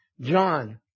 John